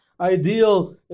ideal